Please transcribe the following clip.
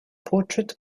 portrait